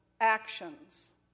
actions